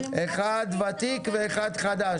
אחד ותיק ואחד חדש.